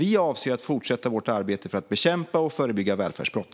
Vi avser att fortsätta vårt arbete för att bekämpa och förebygga välfärdsbrott.